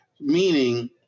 meaning